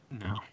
No